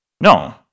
No